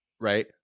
right